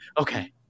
okay